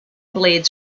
blades